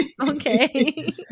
Okay